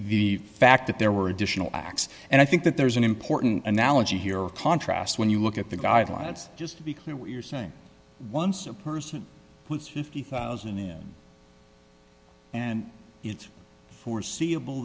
fact that there were additional acts and i think that there's an important analogy here a contrast when you look at the guidelines just to be clear we're saying once a person with fifty thousand and it's foreseeable